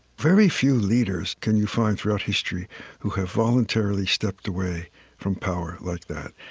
very few leaders can you find throughout history who have voluntarily stepped away from power like that.